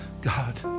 God